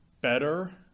better